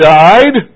died